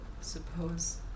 suppose